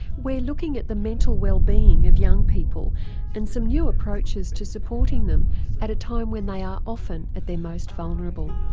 we're looking at the mental wellbeing of young people and some new approaches to supporting them at a time when they are often at their most vulnerable.